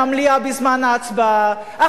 אחרי שהוא נמצא בורח מהמליאה בזמן ההצבעה,